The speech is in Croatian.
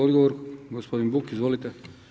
Odgovor gospodin Buk, izvolite.